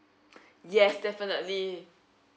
yes definitely